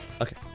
Okay